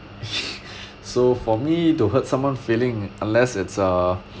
so for me to hurt someone feeling unless it's a